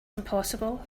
impossible